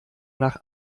nach